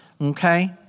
okay